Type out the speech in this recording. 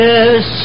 Yes